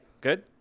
Good